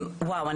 אני